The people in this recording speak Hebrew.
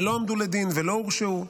ולא הועמדו לדין ולא הורשעו.